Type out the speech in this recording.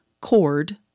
cord